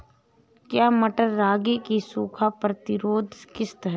क्या मटर रागी की सूखा प्रतिरोध किश्त है?